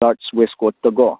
large ꯋꯦꯁꯀꯣꯠꯇ ꯀꯣ